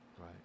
Right